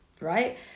right